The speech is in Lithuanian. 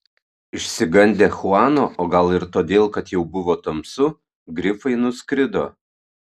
išsigandę chuano o gal ir todėl kad jau buvo tamsu grifai nuskrido